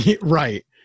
Right